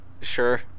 sure